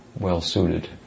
well-suited